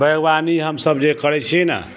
बागवानी हमसब जे करै छियै ने